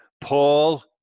Paul